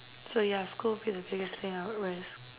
so yeah school would be the biggest thing I would risk